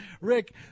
Rick